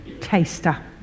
taster